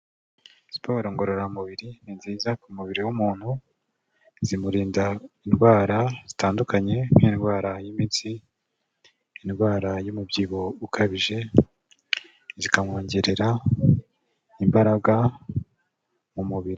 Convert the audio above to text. Siporo ngororamubiri ni nziza ku mubiri w'umuntu, zimurinda indwara zitandukanye nk'indwara y'iminsi, indwara y'umubyibuho ukabije, zikamwongerera imbaraga mu mubiri.